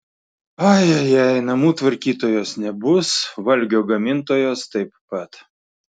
ai ai ai namų tvarkytojos nebus valgio gamintojos taip pat